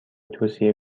توصیه